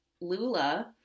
Lula